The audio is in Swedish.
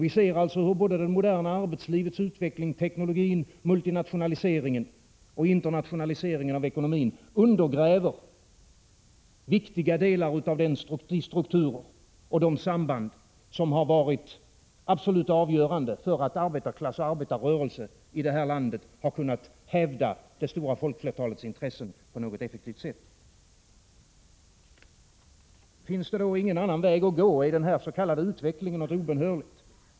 Vi ser alltså hur både det moderna arbetslivets utveckling, teknologin, multinationaliseringen och internationaliseringen av ekonomin undergräver viktiga delar av de strukturer och de samband som har varit absolut avgörande för att arbetarklass och arbetarrörelse i det här landet på ett någorlunda effektivt sätt har kunnat hävda det stora folkflertalets intressen. Finns det då ingen annan väg att gå i den här s.k. utvecklingen? Är den obönhörlig?